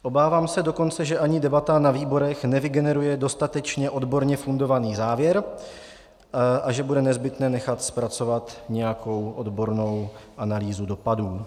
Obávám se dokonce, že ani debata na výborech nevygeneruje dostatečně odborně fundovaný závěr a že bude nezbytné nechat zpracovat nějakou odbornou analýzu dopadu.